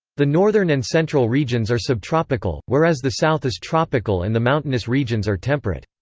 the northern and central regions are subtropical, whereas the south is tropical and the mountainous regions are temperate.